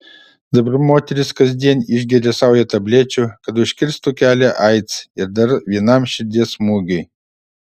dabar moteris kasdien išgeria saują tablečių kad užkirstų kelią aids ir dar vienam širdies smūgiui